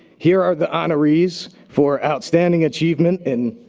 here are the honorees for outstanding achievement in.